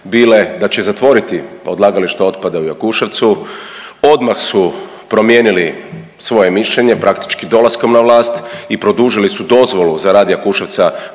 bile da će zatvoriti odlagalište otpada u Jakuševcu. Odmah su promijenili svoje mišljenje praktički dolaskom na vlast i produžili su dozvolu za rad Jakuševca